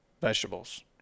vegetables